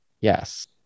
Yes